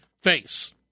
face